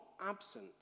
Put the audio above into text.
absent